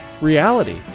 reality